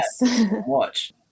watch